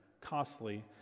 costly